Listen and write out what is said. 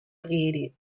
created